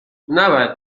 نباید